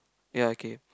ya okay